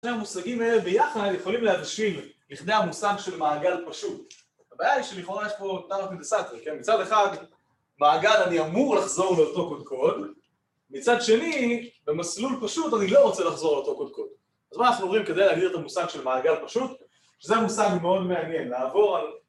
‫שני המושגים האלה ביחד יכולים להרשים ‫לכדי המושג של מעגל פשוט. ‫הבעיה היא שלכאורה ‫יש פה תרתי דסטרי, כן? ‫מצד אחד, מעגל אני אמור ‫לחזור לאותו קודקוד, ‫מצד שני, במסלול פשוט ‫אני לא רוצה לחזור לאותו קודקוד. ‫אז מה אנחנו אומרים כדי להגיד ‫את המושג של מעגל פשוט? ‫שזה מושג מאוד מעניין, ‫לעבור על...